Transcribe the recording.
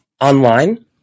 online